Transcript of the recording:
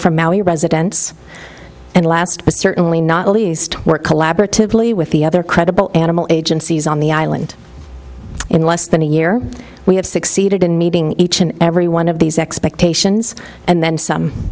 from our presidents and last but certainly not least work collaboratively with the other credible animal agencies on the island in less than a year we have succeeded in meeting each and every one of these expectations and then some